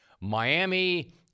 Miami